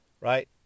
right